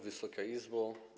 Wysoka Izbo!